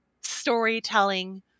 storytelling